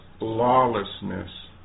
lawlessness